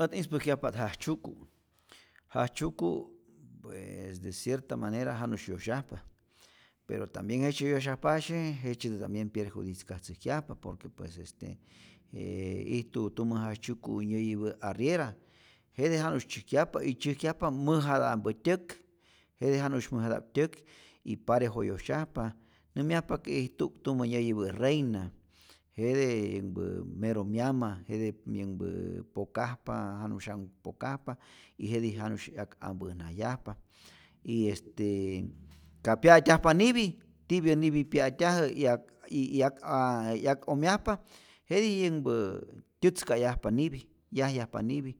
Ät ispäjkyajpa't jajtzyuku', jajtzyuku' ee de ciera manera janusy yosyajpa, pero tambien jejtzye yosyajpasye jejtzyetä tambien pyerjudicatzäjkyajpa, por que pues este jee ijtu tumä jajtzyuku' nyayipä' arriera, jete janusy tzyäjkyajpa y tzyäjkyajpa mäjata'mpä tyäk, jete janu'sy mäjata'p tyäk y parejo yosyajpa, nämyajpa que ijtu'k tumä nyäyipä'i reyna, jete yänhpä mero myama, jete yänhpä pokajpa, janu'sya'nhuk pokajpa y jetij janu'sy 'yak ampä'najyajpa, y est ka pya'tyajpa nipi, tipyä nipi pya'tyajä 'yak y 'yak 'yak'omyajpa jetij yänhpä tyätzka'yajpa nipi, yajyajpa nipi,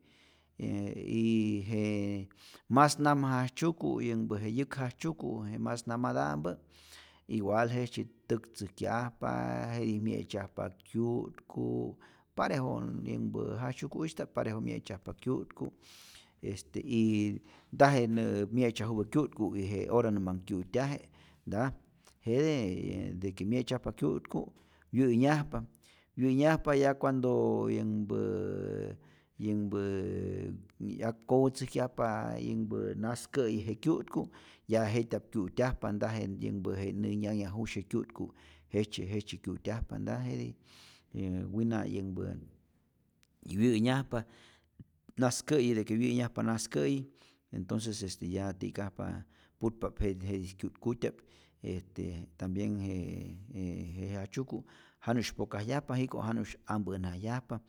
ee yyy j mas namjajtzyuku yänhpä je yäk jajtzyuku' je mas namata'mpä igual jejtzye täk tzäjkyajp, jetij mye'tzyajpa kyu'tku, parejo yanhpä jajtzyuku'ista'p parejo mye'tzyajpa kyu'tku, este yyy ntaje nä mye'tzyajupä kyu'tku y je hora nä manh kyu'tyaje, ntaa jete de que mye'tzyajpa kyu'tku wyä'nyajpa, wyänyajpa ya cuandooo yänhpäää yänhpääää 'yak kowätzäjkyajpa yänhpä najs kä'yi je kyu'tku, ya jetyap kyu'tyajpa, nta je yänhpä je nä nyanhyajusye kyu'tku jejtzye jejtzye kyu'tyajpa, nta jete, wina' yänhpä wyä'nyajpa naskä'yi, de que wya'nyäjpa naskä'yi entoces este ya ti'kajpa putpa'p jetij jetij kyu'tkutya'p, este tambien je je je jajtzyuku' janu'sy pokajyajpa jiko' janu'sy ampä'najyajpa,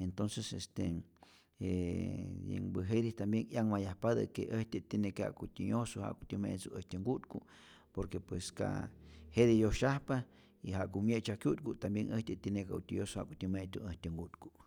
entonces este j yänhpä jetij tambien 'yanhmayajpatä que äjtyä tiene que jakutyä yojsu, ja'kutyä me'ntzu äjtyä nku'tku, por que pues ka jete yosyajpa y ja'ku mye'tzyaj kyu'tku' tambien äjtyä tiene que wa'ktyä yojsu ja'kutyä me'tzu äjtyä nku'tku'.